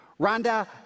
Rhonda